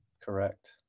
correct